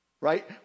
right